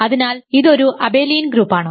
അതിനാൽ ഇത് ഒരു അബെലിയൻ ഗ്രൂപ്പാണ്